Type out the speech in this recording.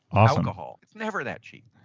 alcohol. it's never that cheap